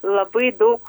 labai daug